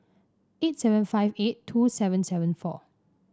eight seven five eight two seven seven four